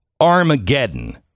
Armageddon